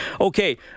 Okay